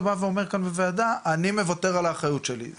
בא ואומר כאן בוועדה אני מוותר על האחריות שלי.